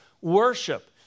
worship